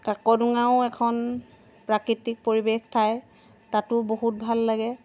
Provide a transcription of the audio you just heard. কাকদোঙাও এখন প্ৰাকৃতিক পৰিৱেশ ঠাই তাতো বহুত ভাল লাগে